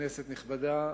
כנסת נכבדה,